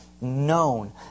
Known